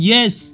Yes